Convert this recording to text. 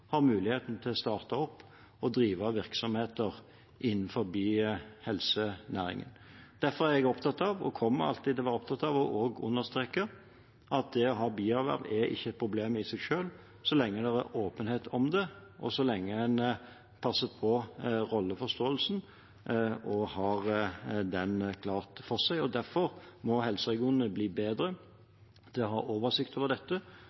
har muligheten til å starte opp og drive virksomheter innenfor helsenæringen. Derfor er jeg opptatt av, og kommer alltid til å være opptatt av, også å understreke at det å ha bierverv er ikke et problem i seg selv, så lenge det er åpenhet om det, og så lenge en passer på rolleforståelsen og har den klart for seg. Derfor må helseregionene bli bedre til å ha oversikt over dette,